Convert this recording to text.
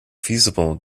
feasible